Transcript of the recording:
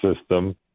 system